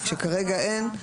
שכרגע אין,